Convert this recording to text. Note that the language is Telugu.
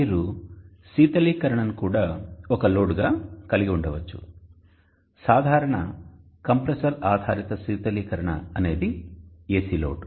మీరు శీతలీకరణను కూడా ఒక లోడుగా కలిగి ఉండవచ్చు సాధారణ కంప్రెసర్ ఆధారిత శీతలీకరణ అనేది AC లోడ్